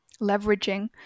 leveraging